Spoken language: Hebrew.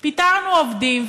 פיטרנו עובדים,